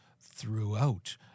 throughout